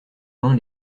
mains